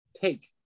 take